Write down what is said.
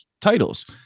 titles